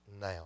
now